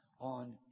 on